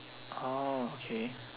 okay